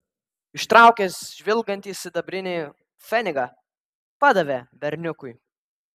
ištraukęs žvilgantį sidabrinį pfenigą padavė berniukui